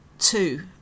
two